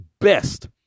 best